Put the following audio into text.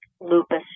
lupus